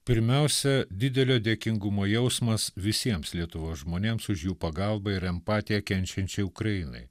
pirmiausia didelio dėkingumo jausmas visiems lietuvos žmonėms už jų pagalbą ir empatiją kenčiančiai ukrainai